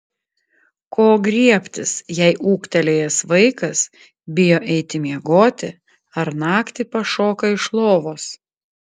ko griebtis jei ūgtelėjęs vaikas bijo eiti miegoti ar naktį pašoka iš lovos